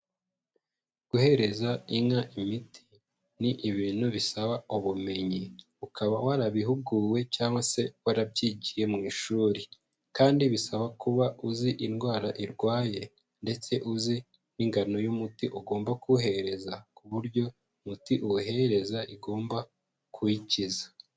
Guhereza inka imiti ni ibintu bisaba ubumenyi, ukaba warabihuguwe cyangwa se warabyigiye mu ishuri, kandi bisaba kuba uzi indwara irwaye, ndetse uzi n'ingano y'umuti ugomba kuwuhereza ku buryo umuti uwuhereza igomba kuyikiza.